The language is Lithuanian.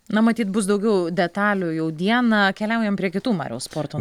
na matyt bus daugiau detalių jau dieną keliaujam prie kitų mariau sporto